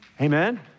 Amen